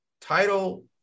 title